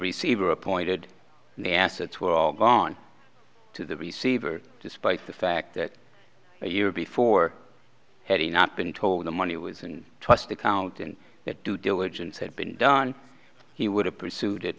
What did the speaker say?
receiver appointed and the assets were all gone to the receiver despite the fact that a year before heading not been told the money was in trust account and that due diligence had been done he would have pursued it